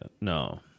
No